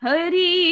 Hari